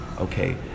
okay